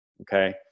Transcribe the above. okay